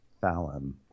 Fallon